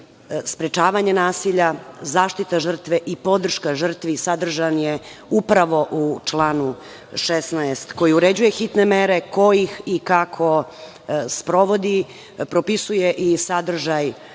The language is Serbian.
sprečavanje nasilja, zaštita žrtve i podrška žrtvi, sadržan je upravo u članu 16. koji uređuje hitne mere ko ih i kako sprovodi, propisuje i sadržaj